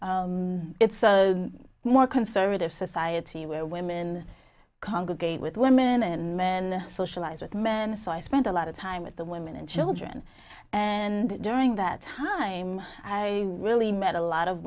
it's a more conservative society where women congregate with women and men socialize with men so i spent a lot of time with the women and children and during that time i really met a lot of